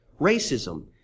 racism